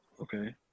Okay